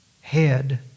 head